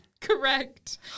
Correct